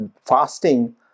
fasting